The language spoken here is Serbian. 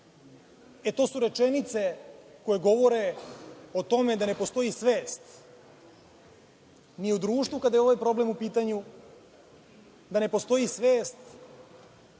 E, to su rečenice koje govore o tome da ne postoji svest ni u društvu kada je ovaj problem u pitanju, da ne postoji svest